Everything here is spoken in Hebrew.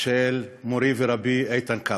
של מורי ורבי איתן כבל.